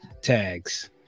tags